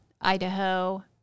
Idaho